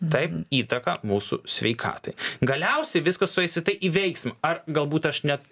taip įtaką mūsų sveikatai galiausiai viskas sueis į tai įveiksim ar galbūt aš net